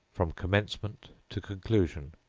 from commencement to con elusion,